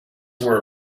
were